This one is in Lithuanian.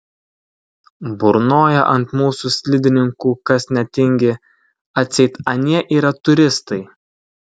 burnoja ant mūsų slidininkų kas netingi atseit anie yra turistai